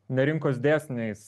ne rinkos dėsniais